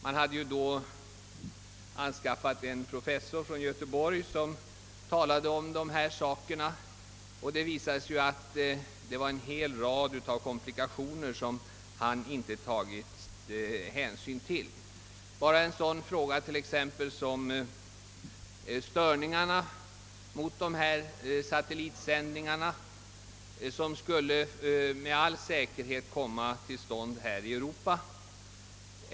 Det hade tillkallats en professor från Göteborg som talade om dessa frågor, varvid det visade sig att det var en hel rad av komplikationer som man inte tagit hänsyn till. Jag kan nämna ett sådant problem som störningarna mot dessa satellitsänd ningar, vilka störningar säkert skulle komma att uppsändas i Europa.